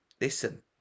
listen